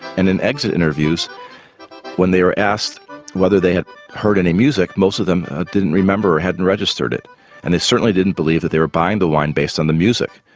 and in exit interviews when they were asked whether they had heard any music most of them didn't remember, hadn't registered it and they certainly didn't believe that they were buying the wine based on the music.